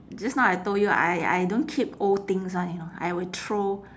just now I told you I I don't keep old things [one] you know I will throw